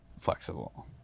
flexible